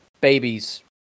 babies